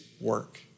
work